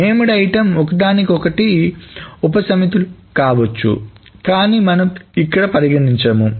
named item ఒకదానికొకటి ఉపసమితులు కావచ్చు కాని మనము ఇక్కడ పరిగణించము